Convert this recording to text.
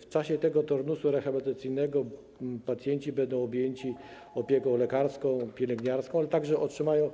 W czasie tego turnusu rehabilitacyjnego pacjenci będą objęci opieką lekarską, pielęgniarską, ale także otrzymają